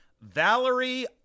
Valerie